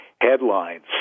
Headlines